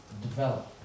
develop